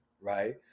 right